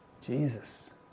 Jesus